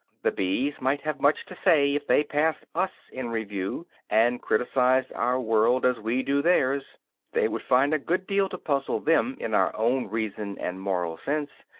the bees might have much to say if they passed us in review, and criticized our world as we do theirs they would find a good deal to puzzle them in our own reason and moral sense,